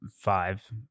five